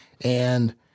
And-